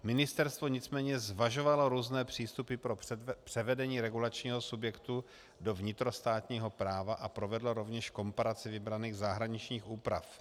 Ministerstvo nicméně zvažovalo různé přístupy pro převedení regulačního subjektu do vnitrostátního práva a provedlo rovněž komparaci vybraných zahraničních úprav.